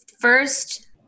first